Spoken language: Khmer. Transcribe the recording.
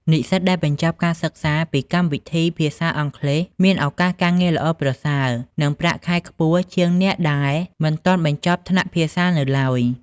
និស្សិតដែលបញ្ចប់ការសិក្សាពីកម្មវិធីភាសាអង់គ្លេសមានឱកាសការងារល្អប្រសើរ និងប្រាក់ខែខ្ពស់ជាងអ្នកដែលមិនទាន់បញ្ចប់ថ្នាក់ភាសានៅទ្បើយ។